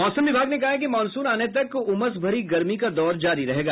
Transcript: मौसम विभाग ने कहा है कि मॉनसून आने तक उमसभरी गर्मी का दौर जारी रहेगा